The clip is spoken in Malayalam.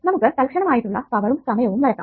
നമുക്ക് തത്ക്ഷണമായിട്ടുള്ള പവറും സമയവും വരയ്ക്കാം